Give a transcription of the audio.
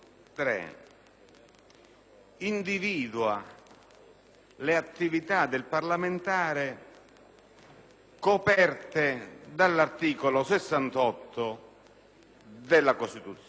individua le attività del parlamentare coperte dall'articolo 68 della Costituzione.